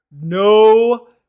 No